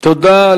תודה.